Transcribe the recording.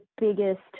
biggest